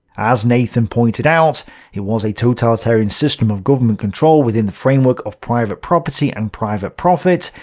as nathan pointed out it was a totalitarian system of government control within the framework of private property and private profit.